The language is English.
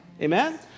Amen